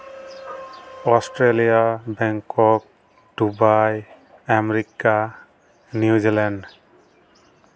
Australia Bangkok Dubai America New Zealand